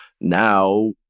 now